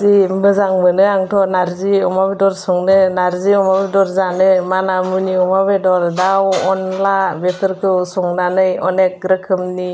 जि मोजां मोनो आंथ' नारजि अमा बेदर संनो नारजि अमा बेदर जानो मानिमुनि अमा बेदर दाउ अनला बेफोरखौ संनानै अनेक रोखोमनि